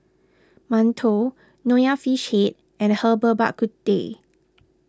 Mantou Nonya Fish Head and Herbal Bak Ku Teh